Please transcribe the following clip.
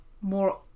more